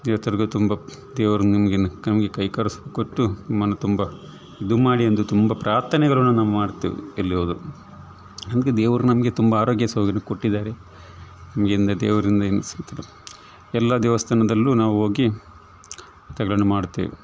ಇವತ್ವರೆಗು ತುಂಬ ದೇವರು ನಮಗೇನು ನಮಗೆ ಕೈ ಕಾಲು ಸುಖ ಕೊಟ್ಟು ನಮ್ಮನ್ನು ತುಂಬಾ ಇದು ಮಾಡಿ ಎಂದು ತುಂಬ ಪ್ರಾರ್ಥನೆಗಳನ್ನು ನಾವು ಮಾಡ್ತೀವಿ ಎಲ್ಲಿ ಹೋದ್ರು ನಮಗೆ ದೇವರು ನಮಗೆ ತುಂಬ ಆರೋಗ್ಯ ಸಹ ಅವರು ಕೊಟ್ಟಿದಾರೆ ನಮಗೆಲ್ಲ ದೇವರಿಂದ ಎಲ್ಲ ಸಿಕ್ತಿದೆ ಎಲ್ಲಾ ದೇವಸ್ಥಾನದಲ್ಲೂ ನಾವು ಹೋಗಿ ವ್ರತಗಳನ್ನು ಮಾಡ್ತೇವೆ